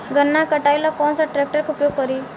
गन्ना के कटाई ला कौन सा ट्रैकटर के उपयोग करी?